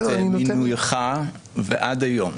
מתחילת מינויך ועד היום.